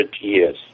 years